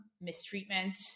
mistreatment